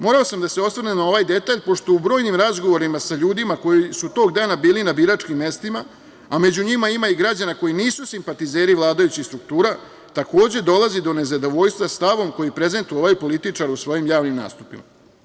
Morao sam da se osvrnem na ovaj detalj pošto u brojnim razgovorima sa ljudima koji su tog dana bili na biračkim mestima, a među njima ima i građana koji nisu simpatizeri vladajućih struktura, takođe dolazi do nezadovoljstva stavom koji prezentuje ovaj političar u svojim javnim nastupima.